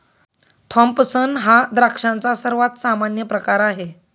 Thompson हा द्राक्षांचा सर्वात सामान्य प्रकार आहे